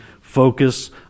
Focus